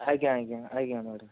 ଆଜ୍ଞା ଆଜ୍ଞା ଆଜ୍ଞା ମ୍ୟାଡାମ